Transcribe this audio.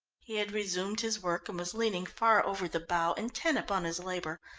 he had resumed his work and was leaning far over the bow intent upon his labour.